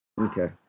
Okay